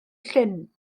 llyn